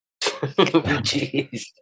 Jeez